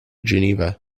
geneva